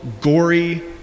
gory